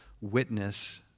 witness